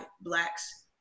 blacks